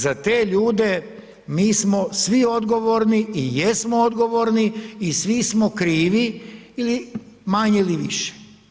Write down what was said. Za te ljude mi smo svi odgovorni i jesmo odgovorni i svi smo krivi ili manje ili više.